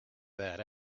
that